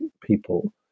people